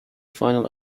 final